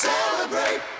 Celebrate